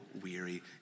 weary